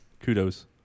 Kudos